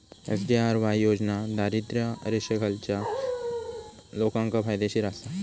SGRY योजना दारिद्र्य रेषेखालच्या लोकांका फायदेशीर आसा